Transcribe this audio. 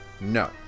no